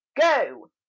Go